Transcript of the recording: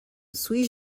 suis